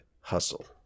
hustle